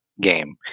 game